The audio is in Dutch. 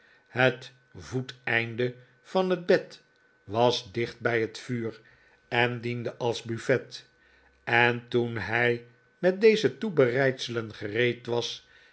het voeteinde van het bed was dicht bij het vuur en diende als buffet en toen hij met deze toebereidselen gereed was